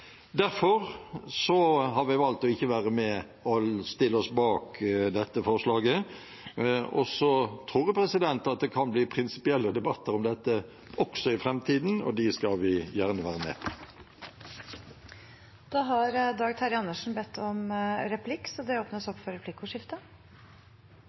Derfor har vi valgt ikke å stille oss bak dette forslaget. Jeg tror det kan bli prinsipielle debatter om dette også i framtiden, og dem skal vi gjerne være med på. Det blir replikkordskifte. Store deler av innlegget til Svein Harberg kunne jeg holdt. Det